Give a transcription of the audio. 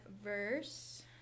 verse